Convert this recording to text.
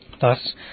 Thus